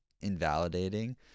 invalidating